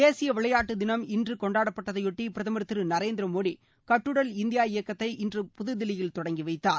தேசிய விளையாட்டுத் தினம் இன்று கொண்டாடப்படுவதையொட்டி பிரதமர் திரு நரேந்திரமோடி கட்டுடல் இந்தியா இயக்கத்தை இன்று புதுதில்லியில் தொடங்கி வைத்தார்